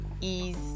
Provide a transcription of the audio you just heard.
ease